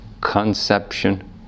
conception